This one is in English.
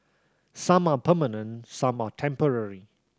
some are permanent some are temporary